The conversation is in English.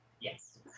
Yes